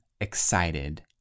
excited